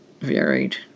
varied